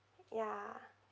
ya